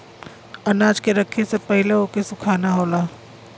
अनाज के रखे से पहिले ओके सुखाना होला